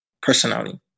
personally